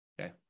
Okay